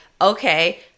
okay